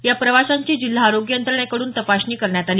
या प्रवाशांची जिल्हा आरोग्य यंत्रणेकडून तपासणी करण्यात आली